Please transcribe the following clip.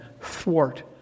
thwart